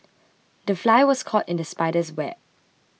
the fly was caught in the spider's web